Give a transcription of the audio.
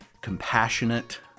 compassionate